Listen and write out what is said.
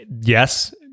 yes